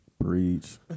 Breach